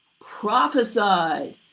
prophesied